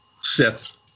Sith